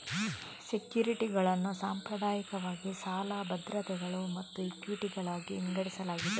ಸೆಕ್ಯುರಿಟಿಗಳನ್ನು ಸಾಂಪ್ರದಾಯಿಕವಾಗಿ ಸಾಲ ಭದ್ರತೆಗಳು ಮತ್ತು ಇಕ್ವಿಟಿಗಳಾಗಿ ವಿಂಗಡಿಸಲಾಗಿದೆ